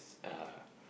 uh